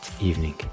evening